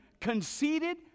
conceited